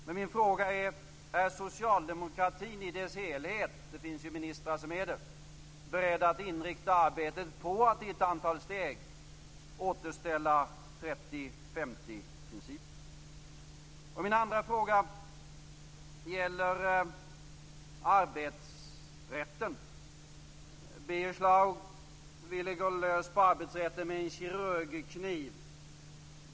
Min första fråga är: Är socialdemokratin i dess helhet - det finns ju ministrar som är det - beredd att inrikta arbetet på att i ett antal steg återställa 30/50-principen? Min andra fråga gäller arbetsrätten. Birger Schlaug ville gå lös på arbetsrätten med en kirurgkniv.